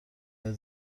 بهت